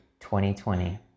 2020